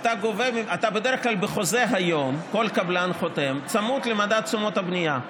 בדרך כלל בחוזה היום כל קבלן חותם צמוד למדד תשומות הבנייה.